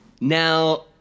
Now